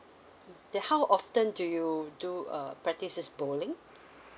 then how often do you do uh practise this bowling